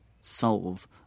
solve